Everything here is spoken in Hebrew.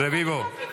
רביבו,